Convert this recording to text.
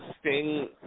Sting